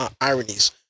ironies